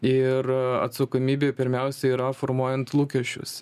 ir atsakomybė pirmiausia yra formuojant lūkesčius